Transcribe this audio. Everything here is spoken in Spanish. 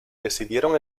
decidieron